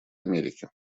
америки